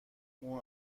اون